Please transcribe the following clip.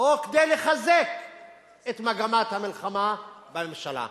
או כדי לחזק את מגמת המלחמה בממשלה?